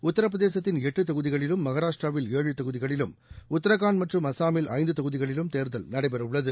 உத்திரபிரதேசத்தின் எட்டு தொகுதிகளிலும் மகாராஷ்டிராவில் ஏழு தொகுதிகளிலும் உத்திரகாண்ட் மற்றும் அசாமில் ஐந்து தொகுதிகளிலும் தேர்தல் நடைபெறவுள்ளது